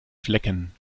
flecken